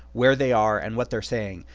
where they are, and what they're saying,